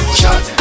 shot